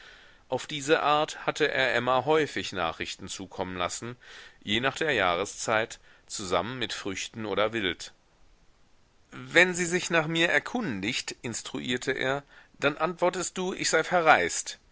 auf diese art hatte er emma häufig nachrichten zukommen lassen je nach der jahreszeit zusammen mit früchten oder wild wenn sie sich nach mir erkundigt instruierte er dann antwortest du ich sei verreist